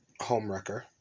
Homewrecker